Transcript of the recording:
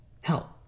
help